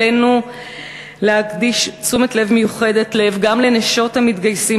עלינו להקדיש תשומת לב מיוחדת גם לנשות המתגייסים,